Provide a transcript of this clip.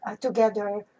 together